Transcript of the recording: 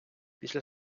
після